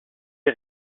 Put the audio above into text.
est